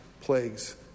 plagues